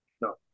No